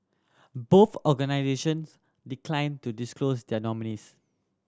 both organisations declined to disclose their nominees